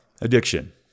addiction